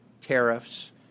tariffs –